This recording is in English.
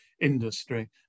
industry